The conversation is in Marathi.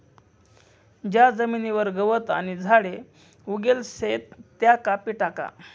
ज्या जमीनवर गवत आणि झाडे उगेल शेत त्या कापी टाका